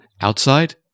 outside